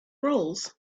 roles